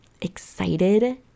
excited